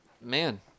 man